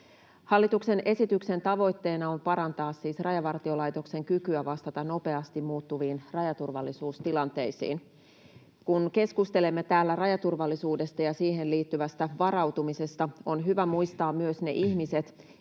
Hallituksen esityksen tavoitteena on parantaa siis Rajavartiolaitoksen kykyä vastata nopeasti muuttuviin rajaturvallisuustilanteisiin. Kun keskustelemme täällä rajaturvallisuudesta ja siihen liittyvästä varautumisesta, on hyvä muistaa myös ne ihmiset,